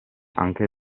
anche